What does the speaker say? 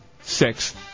Six